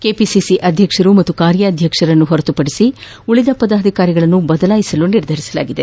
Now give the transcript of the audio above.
KPCC ಅಧ್ಯಕ್ಷರು ಹಾಗೂ ಕಾರ್ಯಾಧ್ಯಕ್ಷರನ್ನು ಹೊರತುಪದಿಸಿ ಉಳಿದ ಪದಾಧಿಕಾರಿಗಳನ್ನು ಬದಲಾಯಿಸಲು ನಿರ್ಧರಿಸಲಾಗಿದೆ